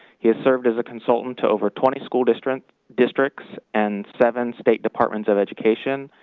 he has served as a consultant to over twenty school districts districts and seven state departments of education.